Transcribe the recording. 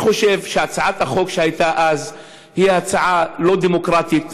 אני חושב שהצעת החוק שהייתה אז היא הצעה לא דמוקרטית